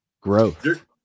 growth